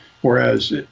Whereas